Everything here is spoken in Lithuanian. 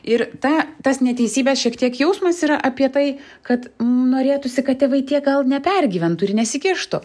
ir ta tas neteisybės šiek tiek jausmas yra apie tai kad norėtųsi kad tėvai tiek gal nepergyventų ir nesikištų